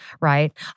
right